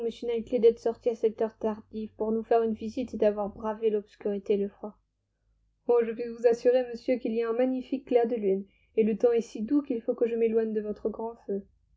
knightley d'être sorti à cette heure tardive pour nous faire une visite et d'avoir bravé l'obscurité et le froid je puis vous assurer monsieur qu'il y a un magnifique clair de lune et le temps est si doux qu'il faut que je m'éloigne de votre grand feu